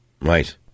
Right